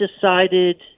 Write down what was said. decided